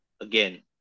Again